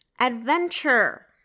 adventure